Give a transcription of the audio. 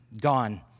Gone